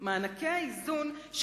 ראו את הפגיעה במענקי האיזון בתקציב הזה.